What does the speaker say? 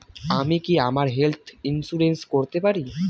আমি কি আমার হেলথ ইন্সুরেন্স করতে পারি?